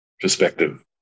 perspective